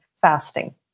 fasting